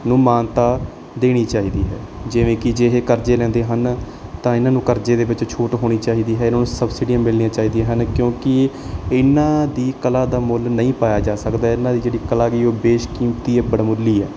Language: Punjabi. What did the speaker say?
ਨੂੰ ਮਾਨਤਾ ਦੇਣੀ ਚਾਹੀਦੀ ਹੈ ਜਿਵੇਂ ਕਿ ਜੇ ਇਹ ਕਰਜ਼ੇ ਲੈਂਦੇ ਹਨ ਤਾਂ ਇਹਨਾਂ ਨੂੰ ਕਰਜ਼ੇ ਦੇ ਵਿੱਚ ਛੂਟ ਹੋਣੀ ਚਾਹੀਦੀ ਹੈ ਇਹਨਾਂ ਨੂੰ ਸਬਸਿਡੀਆਂ ਮਿਲਣੀਆਂ ਚਾਹੀਦੀਆਂ ਹਨ ਕਿਉਂਕਿ ਇਹ ਇਹਨਾਂ ਦੀ ਕਲਾ ਦਾ ਮੁੱਲ ਨਹੀਂ ਪਾਇਆ ਜਾ ਸਕਦਾ ਇਹਨਾਂ ਦੀ ਜਿਹੜੀ ਕਲਾ ਗੀ ਉਹ ਬੇਸ਼ਕੀਮਤੀ ਹੈ ਵੱਡਮੁੱਲੀ ਹੈ